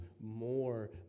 more